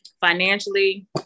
Financially